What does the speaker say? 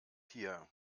hier